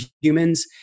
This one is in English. humans